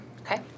Okay